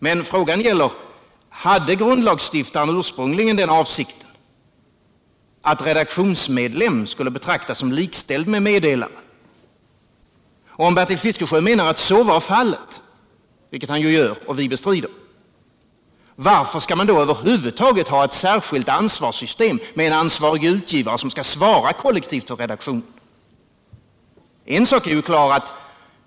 Men frågan är: Hade grundlagsstiftaren ursprungligen den avsikten att redaktionsmedlem skulle betraktas som likställd med meddelare? Om Bertil Fiskesjö menar att så var fallet, vilket han gör och vilket vi bestrider, varför skall man då över huvud taget ha ett särskilt ansvarssystem med en ansvarig utgivare som kollektivt skall svara för redaktionen?